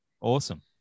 Awesome